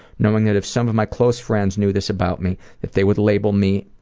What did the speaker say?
knowing that if some of my close friends knew this about me, that they would label me